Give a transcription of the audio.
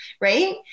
Right